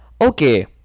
Okay